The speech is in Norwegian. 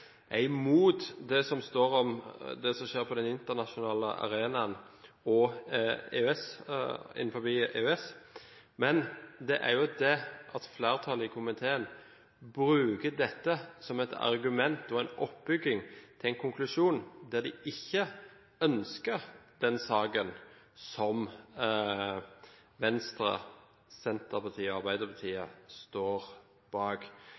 dem, er imot det som står om hva som skjer på den internasjonale arenaen og innenfor EØS, men det er jo det at flertallet i komiteen bruker dette som et argument og en oppbygging til en konklusjon der de ikke ønsker den saken som Arbeiderpartiet, Senterpartiet og Venstre står bak.